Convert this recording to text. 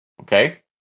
Okay